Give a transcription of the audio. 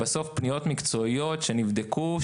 פניות מקצועיות שנבדקו,